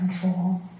control